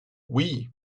oui